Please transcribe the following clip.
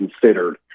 considered